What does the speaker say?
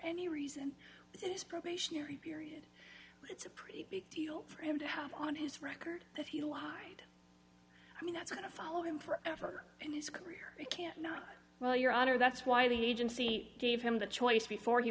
any reason it is probationary period a pretty big deal for him to have on his record that he lied i mean that's going to follow him forever in his career he cannot well your honor that's why the agency gave him the choice before he